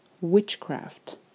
witchcraft